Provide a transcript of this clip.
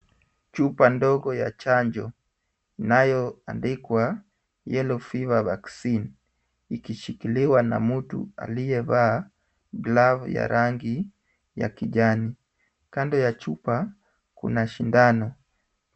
Chupa ndogo ya chanjo inayoandikwa yellow fever vaccine ikishikiliwa na mtu aliyevaa glavu ya rangi ya kijani, kando ya chupa kuna sindano.